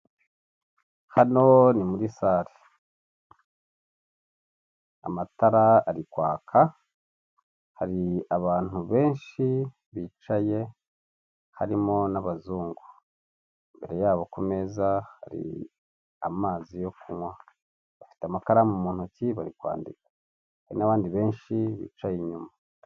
Hano ni muri sare. Amatara ari kwaka, hari abantu benshi bicaye harimo n'abazungu, imbere yabo ku meza hari amazi yo kunywa, bafite amakaramu mu ntoki bari kwandika, hari n'abandi benshi bicaye inyuma.